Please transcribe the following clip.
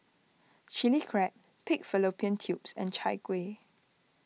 Chilli Crab Pig Fallopian Tubes and Chai Kueh